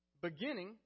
beginning